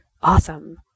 Awesome